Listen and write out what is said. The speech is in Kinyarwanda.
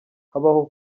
habaho